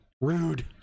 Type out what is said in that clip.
rude